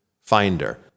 Finder